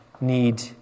need